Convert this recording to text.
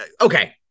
Okay